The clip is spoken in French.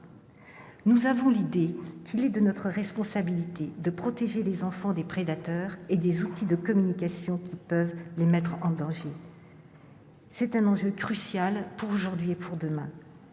de mineurs. Il est de notre responsabilité de protéger les enfants des prédateurs et des outils de communication qui peuvent les mettre en danger. C'est un enjeu crucial pour aujourd'hui et pour demain.